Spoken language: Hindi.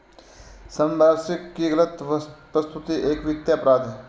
संपार्श्विक की गलत प्रस्तुति एक वित्तीय अपराध है